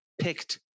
picked